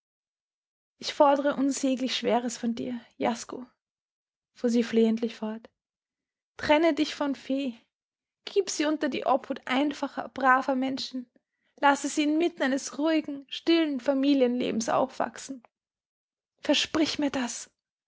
ich fordre unsäglich schweres von dir jasko fuhr sie flehentlich fort trenne dich von fee gib sie unter die obhut einfacher braver menschen lasse sie inmitten eines ruhigen stillen familienlebens aufwachsen versprich mir das